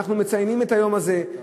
אנחנו מציינים את היום הזה,